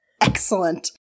Excellent